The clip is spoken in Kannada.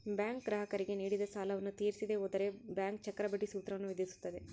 ಬ್ಯಾಂಕ್ ಗ್ರಾಹಕರಿಗೆ ನೀಡಿದ ಸಾಲವನ್ನು ತೀರಿಸದೆ ಹೋದರೆ ಬ್ಯಾಂಕ್ ಚಕ್ರಬಡ್ಡಿ ಸೂತ್ರವನ್ನು ವಿಧಿಸುತ್ತದೆ